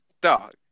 dog